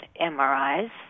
MRIs